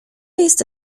jest